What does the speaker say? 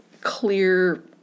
clear